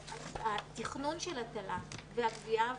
שהתכנון של התל"ן והגבייה עבורו,